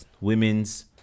women's